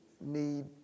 need